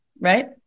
right